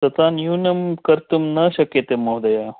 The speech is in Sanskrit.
तथा न्यूनं कर्तुं न शक्यते महोदयः